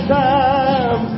time